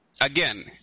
again